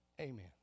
amen